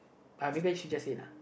uh maybe I should just say it uh